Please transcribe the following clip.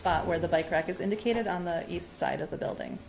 other where the bike rack is indicated on the east side of the building